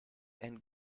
and